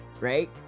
right